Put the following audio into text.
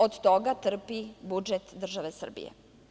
Od toga trpi budžet države Srbije.